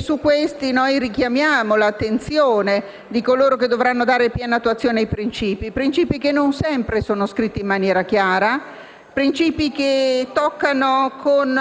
su questi, noi richiamiamo l'attenzione di coloro che dovranno dare piena attuazione ai principi, che non sempre sono scritti in maniera chiara e che toccano, con